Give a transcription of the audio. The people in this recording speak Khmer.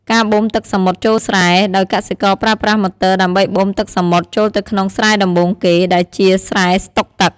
ការបូមទឹកសមុទ្រចូលស្រែ ដោយកសិករប្រើប្រាស់ម៉ូទ័រដើម្បីបូមទឹកសមុទ្រចូលទៅក្នុងស្រែដំបូងគេ ដែលជាស្រែស្តុកទឹក។